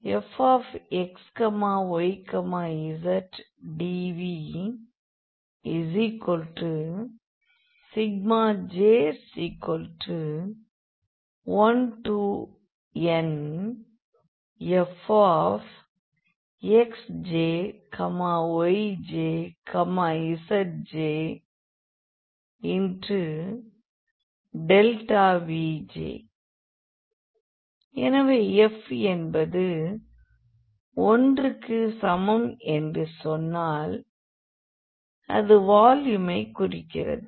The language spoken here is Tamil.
VfxyzdVj1nfxjyjzjVj எனவே f என்பது 1 க்கு சமம் என்று சொன்னால் அது வால்யூமை குறிக்கிறது